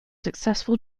successful